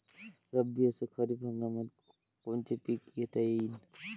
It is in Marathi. रब्बी अस खरीप हंगामात कोनचे पिकं घेता येईन?